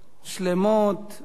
שלמות.